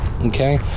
Okay